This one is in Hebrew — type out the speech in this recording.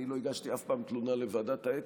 ולא הגשתי אף פעם תלונה לוועדת האתיקה,